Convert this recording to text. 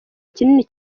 kinini